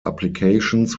applications